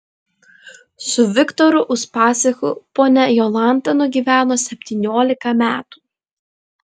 su viktoru uspaskichu ponia jolanta nugyveno septyniolika metų